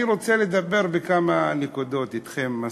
אני רוצה לומר כמה נקודות, אתכם הסליחה.